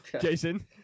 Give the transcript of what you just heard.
Jason